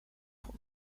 for